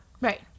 Right